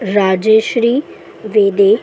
राजेश्री वेदे